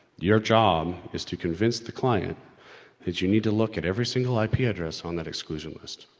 your job is to convince the client that you need to look at every single ip-address on that exclusion list.